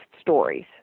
stories